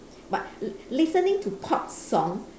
but li~ listening to pop song